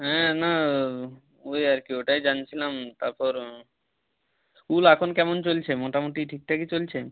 হ্যাঁ না ওই আর কি ওটাই জানছিলাম তারপর স্কুল এখন কেমন চলছে মোটামুটি ঠিকঠাকই চলছে